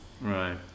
Right